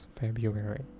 February